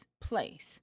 place